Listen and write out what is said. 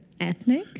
ethnic